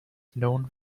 known